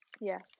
Yes